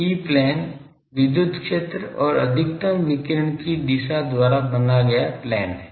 ई plane विद्युत क्षेत्र और अधिकतम विकिरण की दिशा द्वारा बनाया गया प्लेन है